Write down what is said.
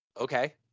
Okay